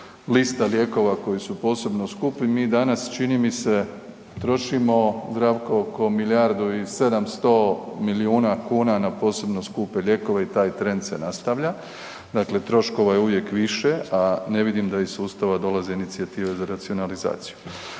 lista lijekova koji su posebno skupi, mi danas čini mi se trošimo, Zdravko oko milijardu i 700 milijuna kuna na posebno skupe lijekove i taj trend se nastavlja, dakle troškova je uvijek više a ne vidim da iz sustava dolaze inicijative za racionalizaciju.